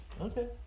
Okay